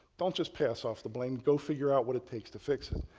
don't just pass off the blame, go figure out what it takes to fix it.